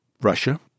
Russia